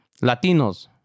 Latinos